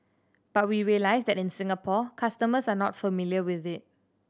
but we realise that in Singapore customers are not familiar with it